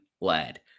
Lad